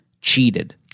cheated